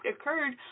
occurred